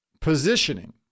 positioning